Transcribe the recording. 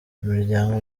imiryango